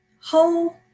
whole